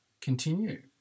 continue